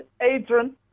Adrian